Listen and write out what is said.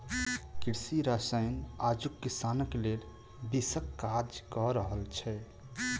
कृषि रसायन आजुक किसानक लेल विषक काज क रहल छै